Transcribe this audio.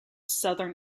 southern